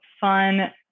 fun